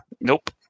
Nope